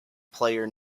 player